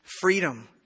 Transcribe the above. freedom